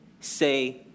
say